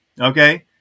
Okay